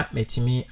Metimi